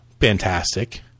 Fantastic